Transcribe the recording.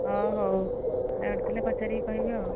ହଁ ହଉ ଡାଉଟ୍ ଥିଲେ ପଚାରିକି କହିବି ଆଉ